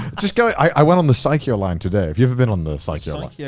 just go, i went on the sakio line today. have you ever been on the sakio like yeah